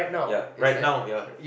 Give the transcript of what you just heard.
ya right now ya